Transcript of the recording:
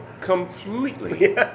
Completely